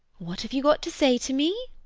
what have you got to say to me?